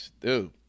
dude